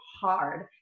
hard